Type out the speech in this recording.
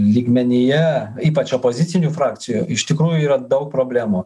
lygmenyje ypač opozicinių frakcijų iš tikrųjų yra daug problemų